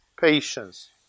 patience